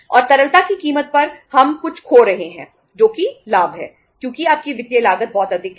और तरलता की कीमत पर हम कुछ खो रहे हैं जो कि लाभ है क्योंकि आपकी वित्तीय लागत बहुत अधिक है